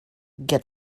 get